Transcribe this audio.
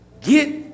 Get